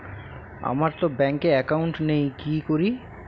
আমারতো ব্যাংকে একাউন্ট নেই কি করি?